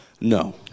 No